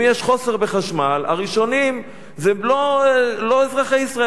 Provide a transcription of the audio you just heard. אם יש חוסר בחשמל, הראשונים זה לא אזרחי ישראל.